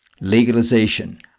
legalization